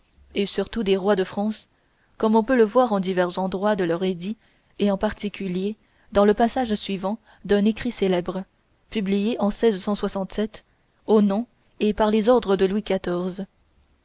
et surtout des rois de france comme on peut le voir en divers endroits de leurs édits et en particulier dans le passage suivant d'un écrit célèbre publié en au nom et par les ordres de louis